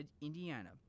Indiana